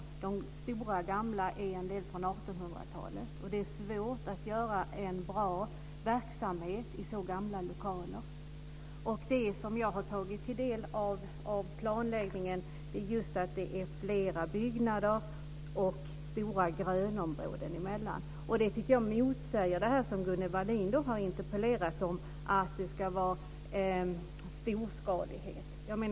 En del av de stora gamla är från 1800-talet. Det är svårt att bedriva en bra verksamhet i så gamla lokaler. Av planläggningen som jag har tagit del av framgår det att det är flera byggnader och stora grönområden emellan. Jag tycker att det motsäger det som Gunnel Wallin har interpellerat om, nämligen att det ska vara storskalighet.